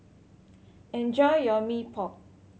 enjoy your Mee Pok